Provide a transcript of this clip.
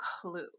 clue